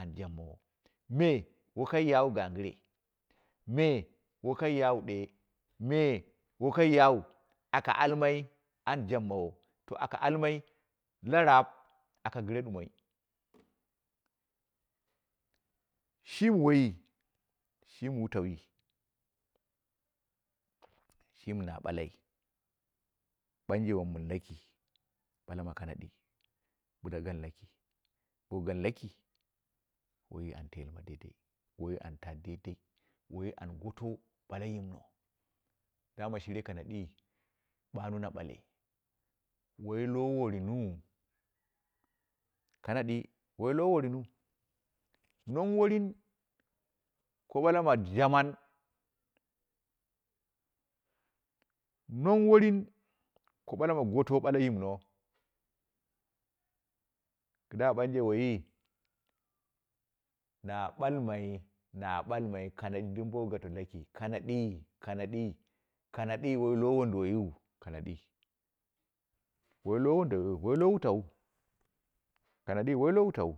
an jubmowo me wakai yuu gungɨre, me wakai yan ɗee me wakai yau aka almai an jabmawo to aka cumai la raab aka gɨre ɗumoi, shimi woiyi shimi wutauyi shimi na buku, ɓanje wom mɨn laki, bala ma kanadi bɨla gan laki, bi gan laki wai an telema daidai, waiyi anta daidai, wai an goto bale yimno, dama shire kamadi ɓmu na bale woilo worinwu, kanadi wailoworinu, non worin ko ɓala ma jamau, nong worin ko bala mu goto bale yimno, kɨda banje waiye na balmai, na balmai kanadi dim boto gato laki kanadi, kanadi, kanadi wailo wuuduwaiwu kanadi, woilowuduɗaiu kanadi woilo wutauwu.